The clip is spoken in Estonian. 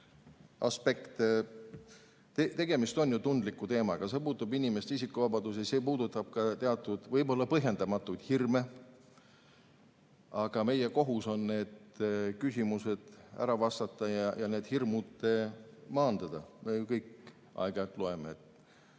aspekt. Tegemist on ju tundliku teemaga, see puudutab inimeste isikuvabadusi, see puudutab teatud võib-olla põhjendamatuid hirme. Aga meie kohus on need küsimused ära vastata ja hirmud maandada. Me ju kõik aeg-ajalt loeme, et